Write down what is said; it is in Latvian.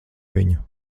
viņu